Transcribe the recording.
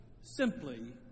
simply